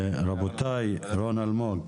רבותיי, רון אלמוג.